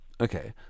Okay